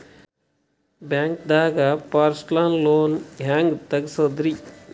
ಬ್ಯಾಂಕ್ದಾಗ personal loan ಹೆಂಗ್ ತಗ್ಸದ್ರಿ?